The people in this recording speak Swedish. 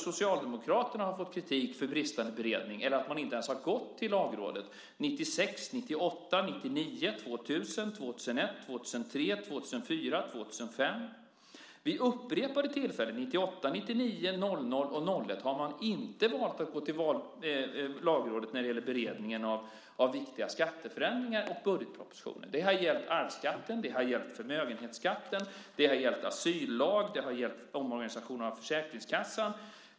Socialdemokraterna har fått kritik för bristande beredning eller att man inte ens har gått till Lagrådet 1996, 1998, 1999, 2000, 2001, 2003, 2004 och 2005. Vid upprepade tillfällen - 1998, 1999, 2000 och 2001 - har man valt att inte gå till Lagrådet när det gäller beredningen av viktiga skatteförändringar och budgetpropositioner. Det har gällt arvsskatten, förmögenhetsskatten, det har gällt asyllag, omorganisation av Försäkringskassan.